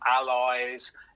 allies